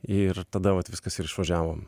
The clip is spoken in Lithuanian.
ir tada vat viskas ir išvažiavo